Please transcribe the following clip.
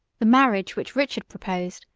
the marriage which richard proposed,